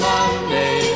Monday